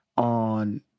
on